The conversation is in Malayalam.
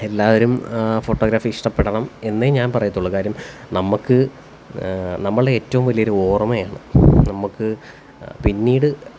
എല്ലാവരും ഫോട്ടോഗ്രാഫി ഇഷ്ടപ്പെടണം എന്നേ ഞാന് പറയത്തോള് കാര്യം നമുക്ക് നമ്മളുടെ ഏറ്റവും വലിയ ഒരു ഓര്മയാണ് നമുക്ക് പിന്നീട്